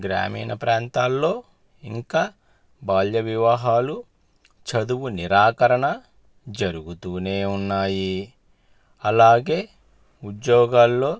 గ్రామీణ ప్రాంతాల్లో ఇంకా బాల్య వివాహాలు చదువు నిరాకరణ జరుగుతూనే ఉన్నాయి అలాగే ఉద్యోగాల్లో